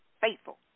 faithful